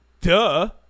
Duh